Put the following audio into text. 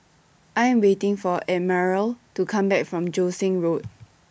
I Am waiting For Admiral to Come Back from Joo Seng Road